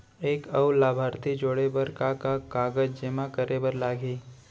एक अऊ लाभार्थी जोड़े बर का का कागज जेमा करे बर लागही?